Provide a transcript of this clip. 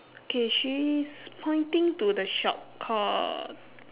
okay she is pointing to the shop called